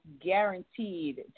guaranteed